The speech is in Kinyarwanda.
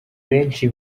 benshi